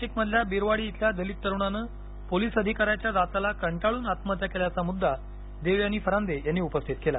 नाशिक मधल्या बिरवाडी येथील दलित तरुणानं पोलीस अधिकाऱ्याच्या जाचाला कंटाळन आत्महत्या केल्याचा मुद्दा देवयानी फरांदे यांनी उपस्थित केला